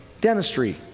dentistry